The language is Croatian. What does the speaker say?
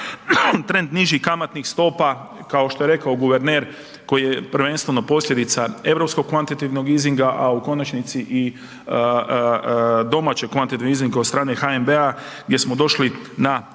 trend nižih kamatnih stopa kao što je rekao guverner koji je prvenstveno posljedica europskog kvantitativnog …, a u konačnici domaćeg kvantitativnog … od HNB-a gdje smo došli na